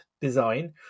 design